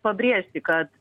pabrėžti kad